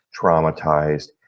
traumatized